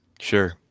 sure